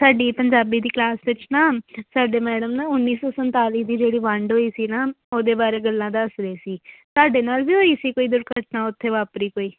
ਸਾਡੀ ਪੰਜਾਬੀ ਦੀ ਕਲਾਸ ਵਿੱਚ ਨਾ ਸਾਡੇ ਮੈਡਮ ਨਾ ਉੱਨੀ ਸੌ ਸੰਤਾਲੀ ਦੀ ਜਿਹੜੀ ਵੰਡ ਹੋਈ ਸੀ ਨਾ ਉਹਦੇ ਬਾਰੇ ਗੱਲਾਂ ਦੱਸ ਰਹੇ ਸੀ ਤੁਹਾਡੇ ਨਾਲ ਵੀ ਹੋਈ ਸੀ ਕੋਈ ਦੁਰਘਟਨਾ ਉੱਤੇ ਵਾਪਰੀ ਕੋਈ